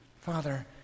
Father